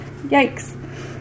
yikes